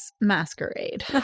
Masquerade